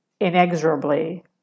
inexorably